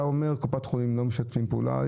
אתה אומר שקופות החולים לא משתפות פעולה.